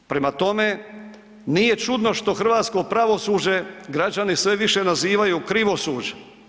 Prema tome, nije čudno što hrvatsko pravosuđe građani sve više nazivaju krivosuđe.